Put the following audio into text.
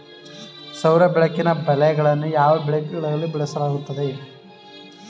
ಸೌರ ಬೆಳಕಿನ ಬಲೆಗಳನ್ನು ಯಾವ ಬೆಳೆಗಳಲ್ಲಿ ಬಳಸಲಾಗುತ್ತದೆ?